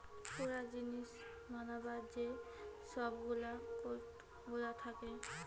পুরা জিনিস বানাবার যে সব গুলা কোস্ট গুলা থাকে